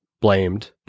blamed